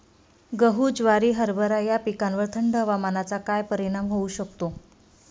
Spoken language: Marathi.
गहू, ज्वारी, हरभरा या पिकांवर थंड हवामानाचा काय परिणाम होऊ शकतो?